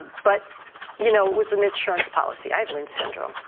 but you know it was an insurance policy i have lynch syndrome,